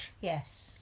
Yes